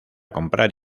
comprar